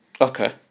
Okay